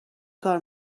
کار